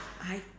I